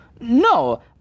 no